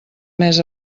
mes